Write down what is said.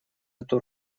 эту